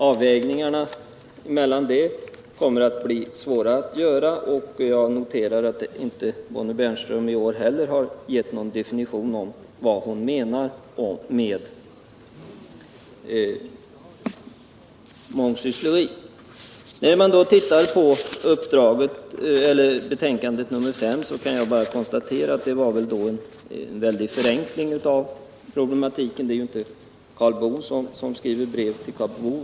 Avvägningarna här kommer att bli svåra att göra, och jag noterar att Bonnie Bernström inte heller i år har gett någon definition på vad hon menar med mångsyssleri. När man tittar på betänkandet så kan man konstatera att det är en väldig förenkling av problematiken att säga att det är Karl Boo som skriver brev till Karl Boo.